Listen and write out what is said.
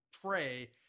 tray